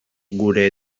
gure